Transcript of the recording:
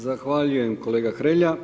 Zahvaljujem kolega Hrelja.